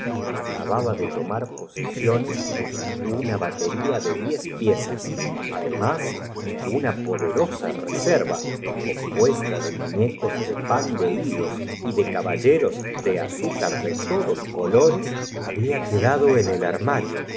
acababa de tomar posiciones una batería de diez piezas además una poderosa reserva compuesta de muñecos de pan de higos y de caballoros de azúcar de todos colores habla quedado en el armario